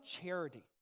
charity